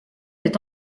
est